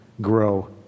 grow